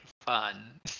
fun